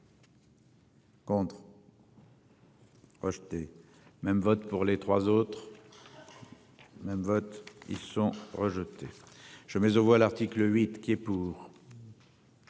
pour le 233. Même vote pour les 3 autres. Même vote, ils sont rejetés. Je mets aux voix l'article 8 qui est pour.